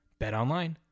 BetOnline